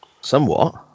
Somewhat